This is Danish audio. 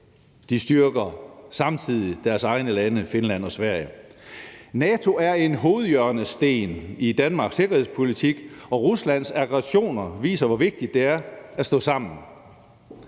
styrker både NATO og sig selv. NATO er en hovedhjørnesten i Danmarks sikkerhedspolitik, og Ruslands aggressioner viser, hvor vigtigt det er at stå sammen.